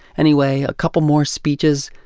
anyway, a couple more speeches,